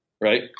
Right